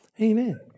Amen